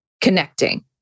connecting